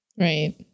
Right